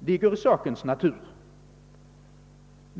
ligger i sakens natur.